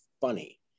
funny